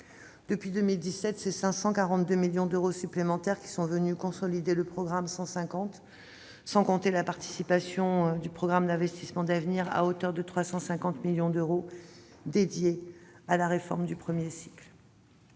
Depuis 2017, ce sont 542 millions d'euros supplémentaires qui sont venus consolider le budget du programme 150, sans compter la contribution du programme d'investissements d'avenir à hauteur de 350 millions d'euros, qui sont alloués à la réforme du premier cycle.